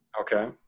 Okay